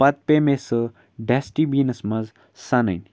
پَتہٕ پیٚیہِ مےٚ سُہ ڈٮ۪سٹٕبیٖنَس منٛز سَنٕنۍ